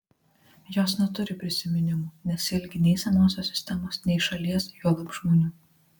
jos neturi prisiminimų nesiilgi nei senosios sistemos nei šalies juolab žmonių